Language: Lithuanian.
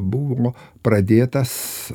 buvo pradėtas